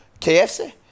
KFC